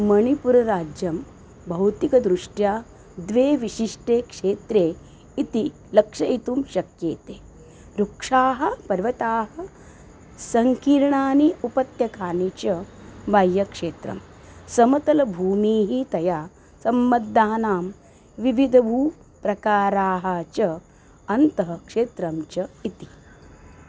मणिपुरराज्यं भौतिकदृष्ट्या द्वे विशिष्टे क्षेत्रे इति लक्षयितुं शक्येते वृक्षाः पर्वताः सङ्कीर्णानि उपत्यकानि च बय्यक्षेत्रं समतलभूमीः तया सम्बद्धानां विविधभूप्रकाराः च अन्तः क्षेत्रं च इति